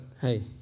hey